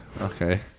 Okay